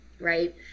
Right